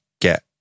get